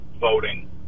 voting